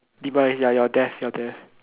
demise ya your death your death